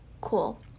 Cool